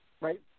Right